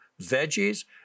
veggies